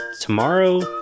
tomorrow